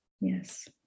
Yes